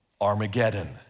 Armageddon